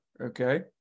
okay